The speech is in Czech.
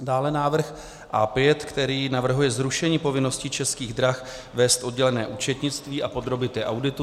Dále návrh A5, který navrhuje zrušení povinnosti Českých drah vést oddělené účetnictví a podrobit je auditu.